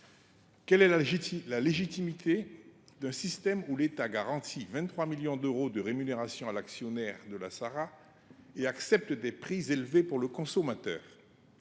Quelle est la légitimité d’un système dans lequel l’État garantit 23 millions d’euros de rémunération à l’actionnaire de la Sara, tout en acceptant des prix élevés pour le consommateur ?